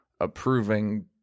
approving